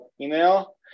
email